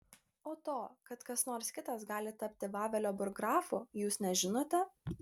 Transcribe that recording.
o to kad kas nors kitas gali tapti vavelio burggrafu jūs nežinote